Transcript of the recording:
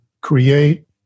create